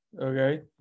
okay